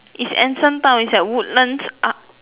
is anson Town is at woodlands up